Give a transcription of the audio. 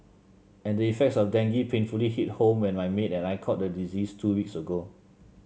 and the effects of dengue painfully hit home when my maid and I caught the disease two weeks ago